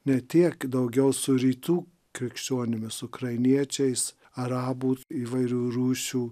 ne tiek daugiau su rytų krikščionimis ukrainiečiais arabų įvairių rūšių